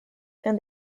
and